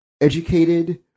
educated